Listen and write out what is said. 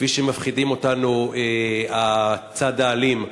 כפי שמפחידים אותנו, הצד האלים,